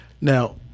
Now